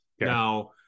Now